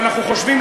ואנחנו חושבים,